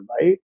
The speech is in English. right